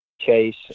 chase